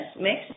mix